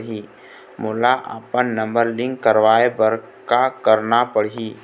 मोला अपन number link करवाये बर का करना पड़ही?